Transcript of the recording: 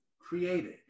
created